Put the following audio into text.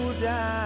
down